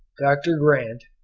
dr. grant,